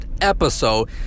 episode